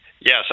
Yes